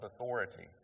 authority